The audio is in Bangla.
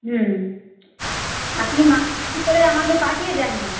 হুম আপনি মাল রেডি করে আমাকে পাঠিয়ে দিন না